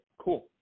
Cool